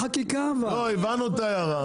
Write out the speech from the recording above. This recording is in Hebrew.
הבנו את ההערה.